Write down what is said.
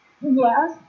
Yes